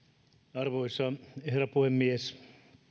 arvoisa herra puhemies